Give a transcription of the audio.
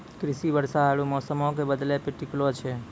कृषि वर्षा आरु मौसमो के बदलै पे टिकलो छै